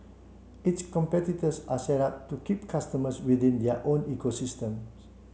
its competitors are set up to keep customers within their own ecosystems